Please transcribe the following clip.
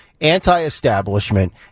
anti-establishment